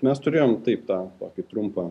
mes turėjom taip tą tokį trumpą